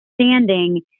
standing